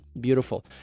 Beautiful